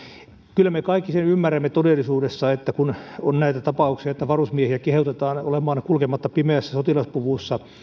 kyllä me kaikki sen ymmärrämme todellisuudessa että kun on näitä tapauksia että varusmiehiä kehotetaan olemaan kulkematta pimeässä sotilaspuvussa